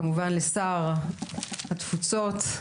שלום לכל האנשים שהגיעו להשתתף בדיון הבוקר וכמובן לשר התפוצות,